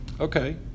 Okay